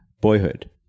boyhood